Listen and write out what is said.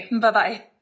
Bye-bye